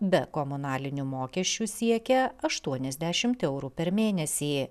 be komunalinių mokesčių siekia aštuoniasdešimt eurų per mėnesį